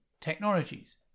technologies